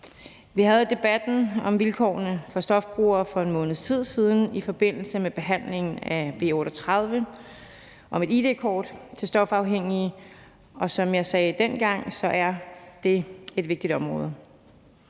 Vi havde debatten om vilkårene for stofbrugere for en måneds tid siden i forbindelse med behandlingen af B 38 om et id-kort til stofafhængige, og som jeg sagde dengang, er det et vigtigt område.